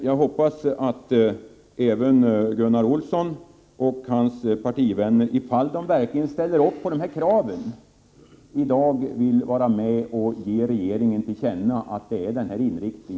Jag hoppas att även Gunnar Olsson och hans partivänner, om de verkligen ställer upp på dessa krav, i dag vill vara med och ge regeringen till känna att man önskar denna inriktning.